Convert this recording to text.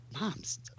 Mom's